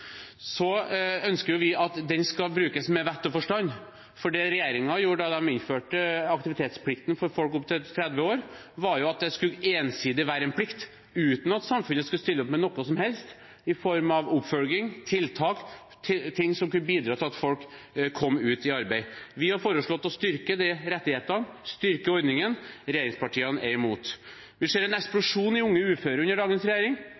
ønsker at den skal brukes med vett og forstand. Det regjeringen gjorde da de innførte aktivitetsplikten for folk opp til 30 år, var at det skulle være en ensidig plikt uten at samfunnet skulle stille opp med noe som helst i form av oppfølging og tiltak – ting som kunne bidra til at folk kom ut i arbeid. Vi har foreslått å styrke rettighetene, styrke ordningen. Regjeringspartiene er imot det. Vi ser en eksplosjon i unge uføre under dagens regjering.